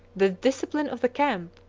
the discipline of the camp,